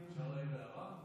אפשר להעיר הערה,